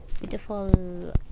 beautiful